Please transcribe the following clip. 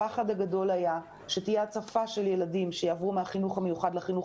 הפחד הגדול היה שתהיה הצפה של לילדים שיעברו מהחינוך המיוחד לחינוך